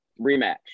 rematch